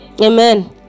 Amen